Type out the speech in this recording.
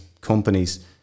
companies